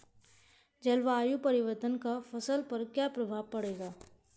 जलवायु परिवर्तन का फसल पर क्या प्रभाव पड़ेगा?